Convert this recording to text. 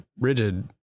rigid